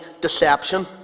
deception